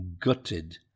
gutted